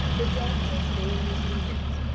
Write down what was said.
the damsel's name was lunete,